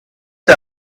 der